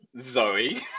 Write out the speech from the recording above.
Zoe